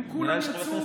הם כולם יצאו,